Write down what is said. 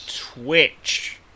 Twitch